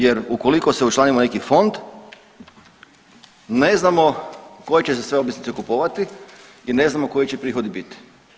Jer, ukoliko se učlanimo u neki fond, ne znamo koje će se sve obveznice kupovati i ne znamo koji će prihodi biti.